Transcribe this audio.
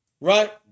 right